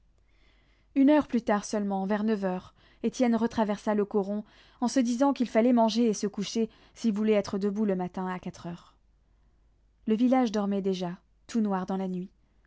une heure plus tard seulement vers neuf heures étienne retraversa le coron en se disant qu'il fallait manger et se coucher s'il voulait être debout le matin à quatre heures le village dormait déjà tout noir dans la nuit